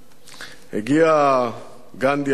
הגיע גנדי, אלוף הפיקוד.